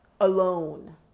alone